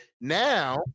Now